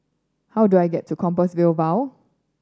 how do I get to Compassvale Bow